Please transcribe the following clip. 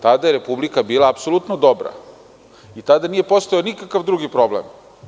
Tada je Republika bila apsolutno dobra i tada je nije postojao nikakav drugi problem.